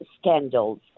scandals